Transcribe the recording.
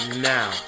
now